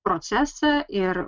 procesą ir